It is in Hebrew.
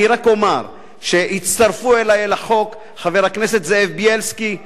אני רק אומַר שהצטרפו אלי לחוק חבר הכנסת זאב בילסקי,